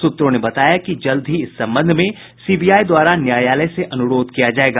सूत्रों ने बताया कि जल्द ही इस संबंध में सीबीआई द्वारा न्यायालय से अनुरोध किया जायेगा